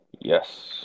Yes